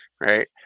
right